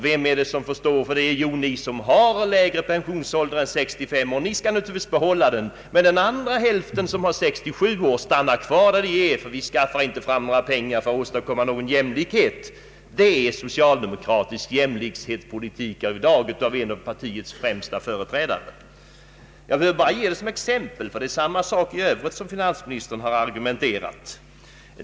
Det innebär att de som nu har lägre pensionsåldrar, 65 år och därunder, skall naturligtvis behålla denna förmån, men den andra hälften, som har 67 år, får stanna kvar på den åldern, för vi skaffar inte fram pengar för att åstadkomma någon jämlikhet. Det är socialdemokratisk jämlikhetspolitik i dag, uttydd av en av socialdemokratins främsta företrädare. Jag behöver bara ge ett enda exempel, eftersom finansministern argumenterar på samma sätt i övriga avseenden.